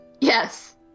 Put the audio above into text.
Yes